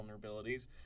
vulnerabilities